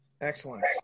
Excellent